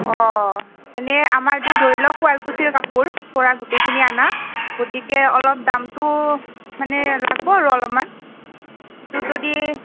অঁ এনে আমাৰতো ধৰি লওক শুৱালকুছিৰ কাপোৰ পৰা গোটেইখিনি অনা গতিকে অলপ দামটো মানে লাগিব আৰু অলপমান সেইটো যদি